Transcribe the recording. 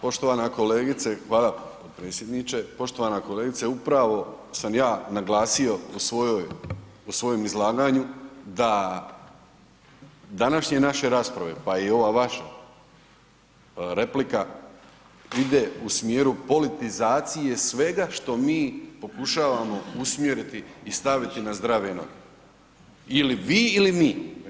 Pa poštovana kolegice, hvala potpredsjedniče, poštovana kolegice, upravo sam ja naglasio u svojem izlaganju da današnje naše rasprave pa i ova vaša replika, ide u smjeru politizacije svega što mi pokušavamo usmjeriti i staviti na zdrave noge, ili vi ili mi.